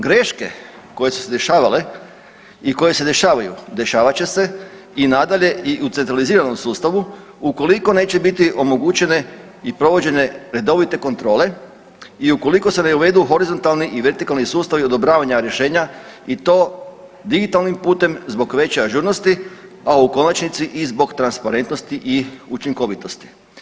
Greške koje su se dešavale i koje se dešavaju, dešavat će se i nadalje i u centraliziranom sustavu ukoliko neće biti omogućene i provođenje redovite kontrole i ukoliko se ne uvedu horizontalni i vertikalni sustavi odobravanja rješenja i to digitalnim putem zbog veće ažurnosti, a u konačnici i zbog transparentnosti i učinkovitosti.